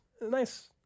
nice